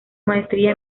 maestría